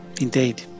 indeed